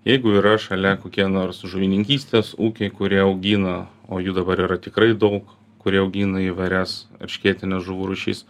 jeigu yra šalia kokie nors žuvininkystės ūkiai kurie augina o jų dabar yra tikrai daug kurie augina įvairias eršketinių žuvų rūšis